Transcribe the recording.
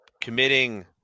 committing